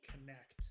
connect